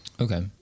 Okay